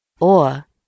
Or